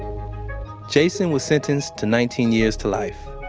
jason was sentenced to nineteen years to life.